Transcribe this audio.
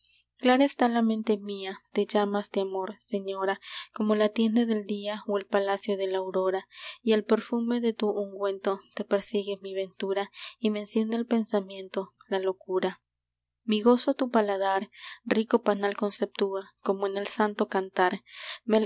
clara está la mente mía de llamas de amor señora como la tienda del día o el palacio de la aurora y al perfume de tu ungüento te persigue mi ventura y me enciende el pensamiento la locura mi gozo tu paladar rico panal conceptúa como en el santo cantar